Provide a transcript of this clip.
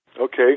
Okay